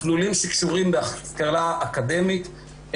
מסלולים שקשורים בהשכלה אקדמית,